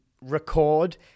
record